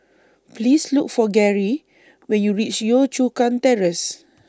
Please Look For Gerry when YOU REACH Yio Chu Kang Terrace